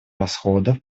расходов